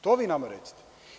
To vi nama recite.